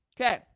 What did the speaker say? Okay